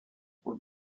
were